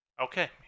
Okay